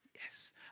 yes